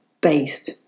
based